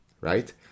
right